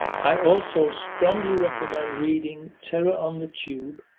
i also strongly recommend reading terror on the tube,